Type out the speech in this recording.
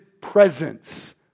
presence